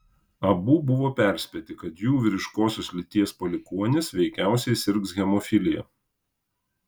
abu buvo perspėti kad jų vyriškosios lyties palikuonis veikiausiai sirgs hemofilija